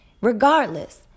regardless